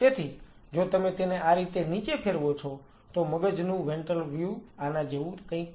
તેથી જો તમે તેને આ રીતે નીચે ફેરવો છો તો મગજનું વેન્ટ્રલ વ્યૂ આના જેવું કંઈક છે